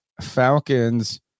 Falcons